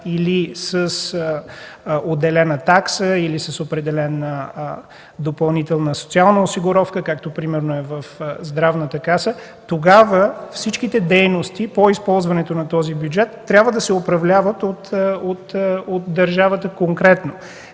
с отделена такса или с определена допълнителна социална осигуровка, както примерно в Здравната каса, тогава всичките дейности по използването на този бюджет трябва да се управляват конкретно